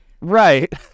right